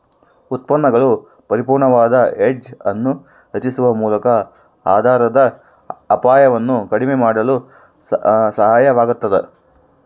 ಉತ್ಪನ್ನಗಳು ಪರಿಪೂರ್ಣವಾದ ಹೆಡ್ಜ್ ಅನ್ನು ರಚಿಸುವ ಮೂಲಕ ಆಧಾರದ ಅಪಾಯವನ್ನು ಕಡಿಮೆ ಮಾಡಲು ಸಹಾಯವಾಗತದ